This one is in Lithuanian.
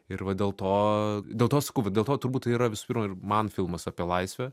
ir va dėl to dėl to sakau va dėl to turbūt tai yra visu pirma ir man filmas apie laisvę